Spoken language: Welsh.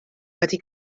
wedi